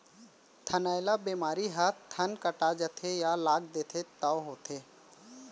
थनैला बेमारी ह थन कटा जाथे या लाग देथे तौ होथे